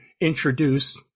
introduce